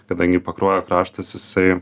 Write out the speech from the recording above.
kadangi pakruojo kraštas jisai